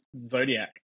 Zodiac